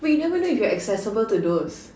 but you never know if you are accessible to those